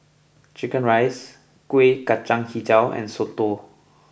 Chicken Rice Kueh Kacang HiJau and Soto